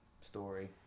story